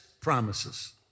promises